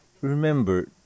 remember